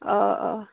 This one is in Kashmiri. آ آ